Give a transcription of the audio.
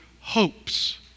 hopes